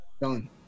done